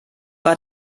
war